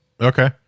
Okay